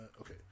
okay